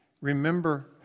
Remember